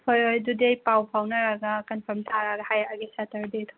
ꯍꯣꯏ ꯍꯣꯏ ꯑꯗꯨꯗꯤ ꯑꯩ ꯄꯥꯎ ꯐꯥꯎꯅꯔꯒ ꯀꯟꯐꯥꯝ ꯇꯥꯔꯒ ꯍꯥꯏꯔꯛꯑꯒꯦ ꯁꯇꯔꯗꯦꯗꯣ